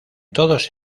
todos